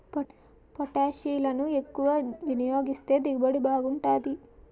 పొటాషిరులను ఎక్కువ వినియోగిస్తే దిగుబడి బాగుంటాది